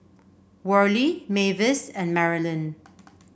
Worley Mavis and Marolyn